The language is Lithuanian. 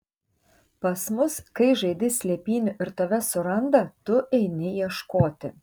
pas mus kai žaidi slėpynių ir tave suranda tu eini ieškoti